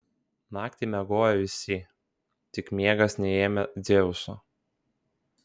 naktį miegojo visi tik miegas neėmė dzeuso